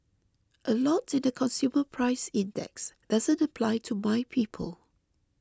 a lot in the consumer price index doesn't apply to my people